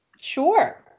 Sure